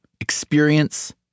experience